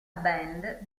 band